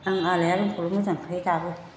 आं आलायारनखौल' मोजांमोनखायो दाबो